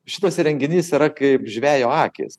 šitas įrenginys yra kaip žvejo akys